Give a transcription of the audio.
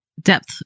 depth